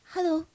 Hello